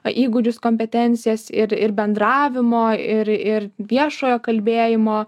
įgūdžius kompetencijas ir ir bendravimo ir ir viešojo kalbėjimo